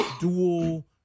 dual